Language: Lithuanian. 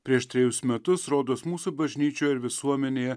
prieš trejus metus rodos mūsų bažnyčioje ir visuomenėje